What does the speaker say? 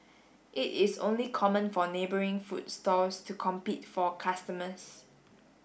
it is only common for neighbouring food stalls to compete for customers